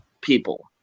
people